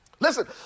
Listen